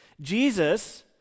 Jesus